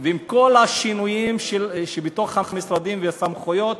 ועם כל השינויים שבתוך המשרדים והסמכויות,